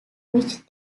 which